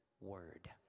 word